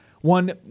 one